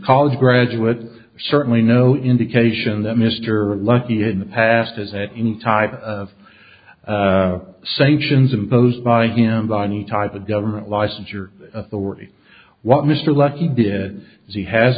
college graduate certainly no indication that mr lucky in the past is any type of sanctions imposed by him by any type of government licensure authority what mr lucky did he has